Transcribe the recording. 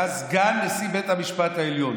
היה סגן נשיא בית המשפט העליון.